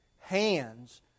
hands